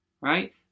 right